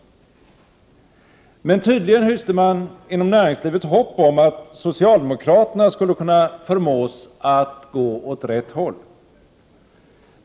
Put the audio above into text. Men tydligen hyste man inom näringslivet hopp om att soicaldemokraterna skulle kunna förmås att gå åt rätt håll.